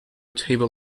table